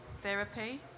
therapy